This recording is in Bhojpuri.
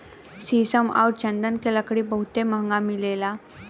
शीशम आउर चन्दन के लकड़ी बहुते महंगा मिलेला